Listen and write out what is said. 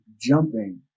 jumping